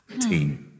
team